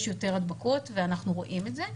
יש יותר הדבקות ואנחנו רואים את זה,